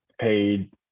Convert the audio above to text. paid